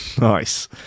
Nice